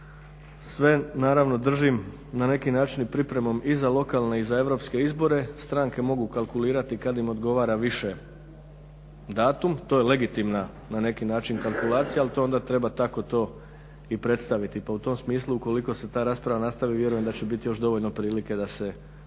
sve naravno držim na neki način i pripremom i za lokalne i za europske izbore. Stranke mogu kalkulirati kad im odgovora više datum, to je legitimna na neki način kalkulacija, ali to onda treba tako to i predstaviti. Pa u tom smislu ukoliko se ta rasprava nastavi vjerujem da će biti još dovoljno prilike da se to